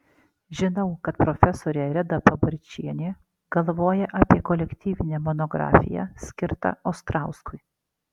žinau kad profesorė reda pabarčienė galvoja apie kolektyvinę monografiją skirtą ostrauskui